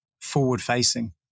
forward-facing